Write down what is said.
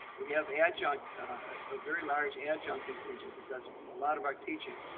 we have adjunct a very large adjunct contingent that does a lot of our teaching,